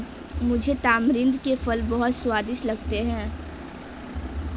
मुझे तमरिंद के फल बहुत स्वादिष्ट लगते हैं